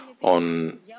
on